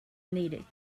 needed